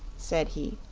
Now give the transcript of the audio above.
said he.